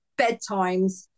bedtimes